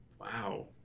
wow